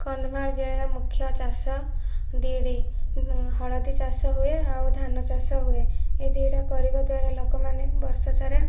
କନ୍ଧମାଳ ଜିଲ୍ଲାର ମୁଖ୍ୟ ଚାଷ ଦୁଇଟି ହଳଦୀ ଚାଷ ହୁଏ ଆଉ ଧାନ ଚାଷ ହୁଏ ଏ ଦୁଇଟା କରିବାଦ୍ୱାରା ଲୋକମାନେ ବର୍ଷସାରା